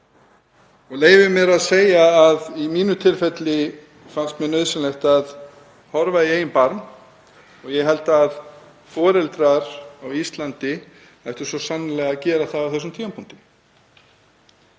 og leyfi ég mér að segja að í mínu tilfelli finnst mér nauðsynlegt að líta í eigin barm og ég held að foreldrar á Íslandi ættu svo sannarlega að gera það á þessum tímapunkti.